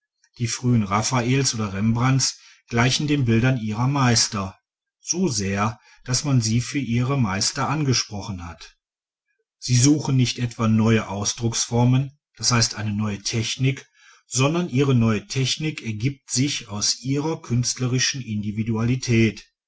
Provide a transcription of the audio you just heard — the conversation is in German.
die frühen raffaels oder rembrandts gleichen den bildern ihrer meister so sehr daß man sie für die ihrer meister angesprochen hat sie suchen nicht etwa neue ausdrucksformen das heißt eine neue technik sondern ihre neue technik ergibt sich aus ihrer künstlerischen individualität